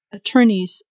attorneys